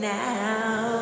now